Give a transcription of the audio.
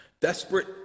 Desperate